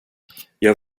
jag